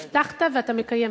הבטחת ואתה מקיים,